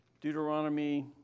Deuteronomy